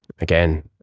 again